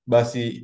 Basi